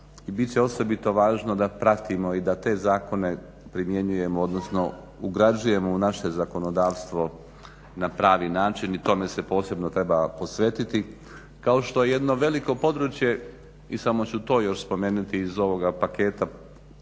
će osobito važno da pratimo i da te zakone primjenjujemo odnosno ugrađujemo u naše zakonodavstvo na pravi način i tome se posebno treba posvetiti. Kao što je jedno veliko područje i samo ću to još spomenuti iz ovoga paketa